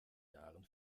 jahren